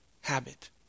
habit